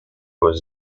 was